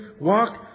walk